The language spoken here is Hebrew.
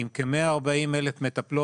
עם כ-140 אלף מטפלות,